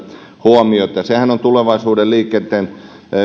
huomiota sehän on tulevaisuuden liikenteen yksi